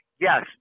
Yes